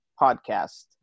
podcast